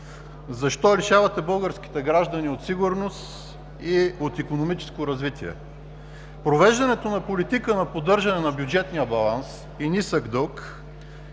Защо лишавате българските граждани от сигурност и от икономическо развитие? Провеждането на политика на поддържане на бюджетния баланс и нисък дълг